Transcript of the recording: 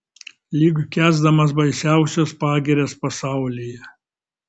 lyg kęsdamas baisiausias pagirias pasaulyje